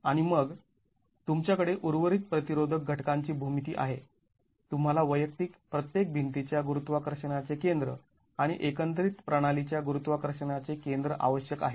आणि मग तुमच्याकडे उर्वरित प्रतिरोधक घटकांची भूमिती आहे तुम्हाला वैयक्तिक प्रत्येक भिंतीच्या गुरुत्वाकर्षणाचे केंद्र आणि एकंदरीत प्रणालीच्या गुरुत्वाकर्षणाचे केंद्र आवश्यक आहे